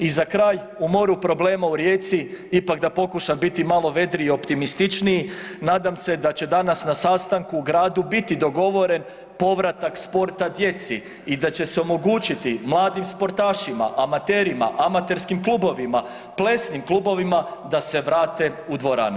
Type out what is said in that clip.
I za kraj, u moru problema u Rijeci ipak da pokušam biti malo vedriji i optimističniji, nadam se da će danas na sastanku u gradu biti dogovoren povratak sporta djeca i da će se omogućiti mladim sportašima, amaterima, amaterskim klubovima, plesnim klubovima, da se vrate u dvorane.